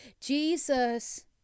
Jesus